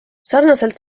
sarnaselt